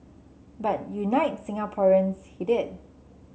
but unite Singaporeans he did